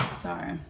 Sorry